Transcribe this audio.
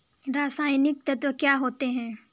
रसायनिक तत्व क्या होते हैं?